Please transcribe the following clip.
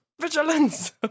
vigilance